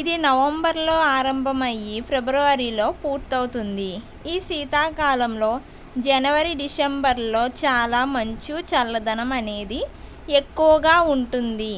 ఇది నవంబర్లో ఆరంభమయ్యి ఫిబ్రవరిలో పూర్తవుతుంది ఈ శీతాకాలంలో జనవరి డిసెంబర్లో చాలా మంచు చల్లదనం అనేది ఎక్కువగా ఉంటుంది